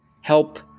help